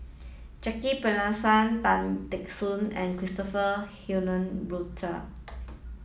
Jacki Passmore Tan Teck Soon and Christopher Henry Rothwell